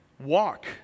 walk